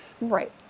Right